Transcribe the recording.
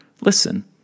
listen